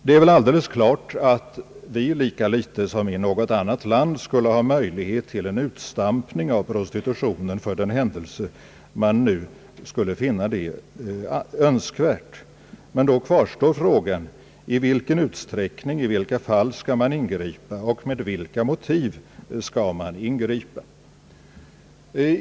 Det är väl alldeles klart att vi lika litet som något annat land skulle ha möjligheter till en utstampning av prostitutionen — för den händelse man nu skulle finna det önskvärt — men då kvarstår frågan i vilken utsträckning, i vilka fall man skall ingripa och med vilka motiv man skall ingripa.